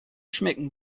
schmecken